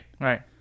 right